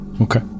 Okay